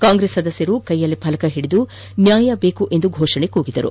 ಕಾಂಗ್ರೆಸ್ ಸದಸ್ನರು ಕೈಯಲ್ಲಿ ಫಲಕ ಹಿಡಿದು ನ್ನಾಯಬೇಕು ಎಂದು ಘೋಷಣೆ ಕೂಗಿದರು